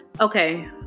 Okay